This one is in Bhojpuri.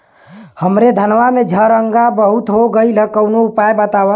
हमरे धनवा में झंरगा बहुत हो गईलह कवनो उपाय बतावा?